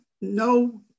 no